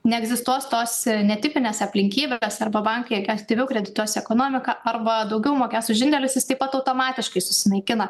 neegzistuos tose netipinės aplinkybės arba aktyviau kredituos ekonomiką arba daugiau mokės už indėlius jis taip pat automatiškai susinaikina